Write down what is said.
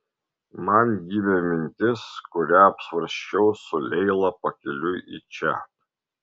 man gimė mintis kurią apsvarsčiau su leila pakeliui į čia